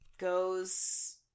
goes